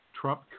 Trump